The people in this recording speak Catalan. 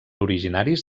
originaris